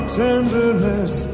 tenderness